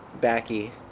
Backy